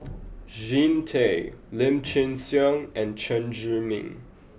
Jean Tay Lim Chin Siong and Chen Zhiming